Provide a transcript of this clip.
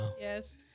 Yes